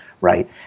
right